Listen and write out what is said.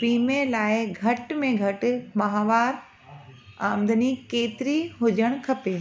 वीमे लाइ घटि में घटि माहवारु आमदनी केतिरी हुजणु खपे